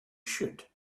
should